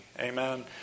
Amen